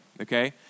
okay